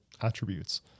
attributes